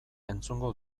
entzungo